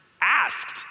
asked